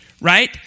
right